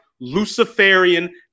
Luciferian